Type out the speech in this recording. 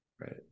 right